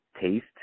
taste